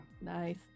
Nice